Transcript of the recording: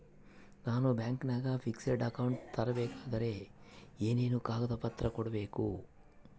ನಾನು ಬ್ಯಾಂಕಿನಾಗ fixed account ತೆರಿಬೇಕಾದರೆ ಏನೇನು ಕಾಗದ ಪತ್ರ ಕೊಡ್ಬೇಕು?